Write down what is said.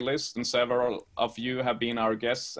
כתבתי והוצאתי לאור ספר שמתייחס לתדמית